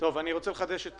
מי שיתעקש --- מקבל את